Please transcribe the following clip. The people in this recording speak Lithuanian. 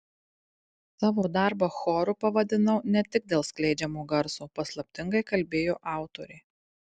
savo darbą choru pavadinau ne tik dėl skleidžiamo garso paslaptingai kalbėjo autorė